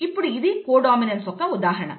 ఇప్పుడు ఇది codominance యొక్క ఉదాహరణ